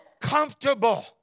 comfortable